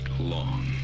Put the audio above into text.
long